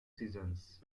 seasons